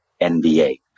NBA